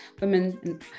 women